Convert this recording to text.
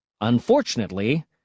Unfortunately